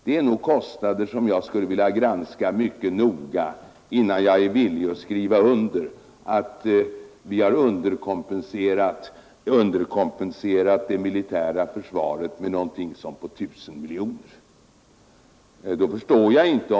De kostnader man räknar fram skulle jag vilja granska mycket noga innan jag är villig att skriva under att vi kommer att underkompensera det militära försvaret med kanske 1 000 miljoner kronor under den framförliggande femårsperioden.